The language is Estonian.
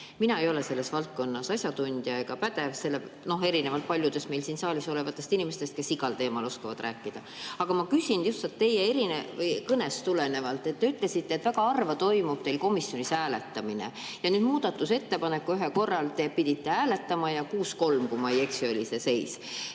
Mina ei ole selles valdkonnas asjatundja ega pädev, erinevalt paljudest meil siin saalis olevatest inimestest, kes igal teemal oskavad rääkida. Aga ma küsin lihtsalt teie kõnest tulenevalt. Te ütlesite, et väga harva toimub teil komisjonis hääletamine. Nüüd muudatusettepanekut ühel korral te pidite hääletama ja 6 : 3 oli, kui ma ei eksi, see seis.